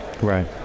Right